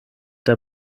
der